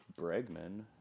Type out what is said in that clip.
Bregman